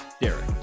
Derek